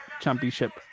Championship